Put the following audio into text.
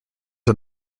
are